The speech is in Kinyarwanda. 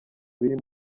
biri